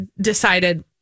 decided